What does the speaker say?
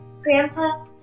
Grandpa